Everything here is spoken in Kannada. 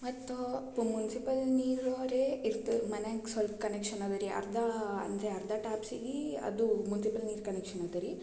ಮತ್ತು ಮುನ್ಸಿಪಲ್ ನೀರು ರೀ ಇರ್ತು ಮನೆಯಂಗೆ ಸೊಲ್ಪ ಕನೆಕ್ಷನ್ ಅದ ರೀ ಅರ್ಧ ಅಂದರೆ ಅರ್ಧ ಟ್ಯಾಪ್ಸಿ ರೀ ಅದು ಮುನ್ಸಿಪಲ್ ನೀರು ಕನೆಕ್ಷನ್ ಅದ ರೀ